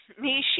Nishi